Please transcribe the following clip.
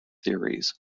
theories